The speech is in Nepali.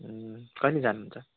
कहिले जानुहुन्छ